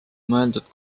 mõeldud